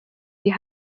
wie